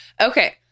Okay